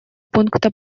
пункта